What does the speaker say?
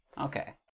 okay